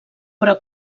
però